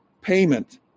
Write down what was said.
payment